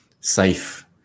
safe